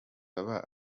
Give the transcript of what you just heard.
baba